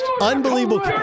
unbelievable